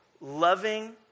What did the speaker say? loving